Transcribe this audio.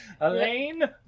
Elaine